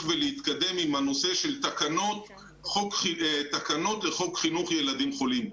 ולהתקדם עם הנושא של תקנות לחוק חינוך ילדים חולים.